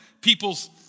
people's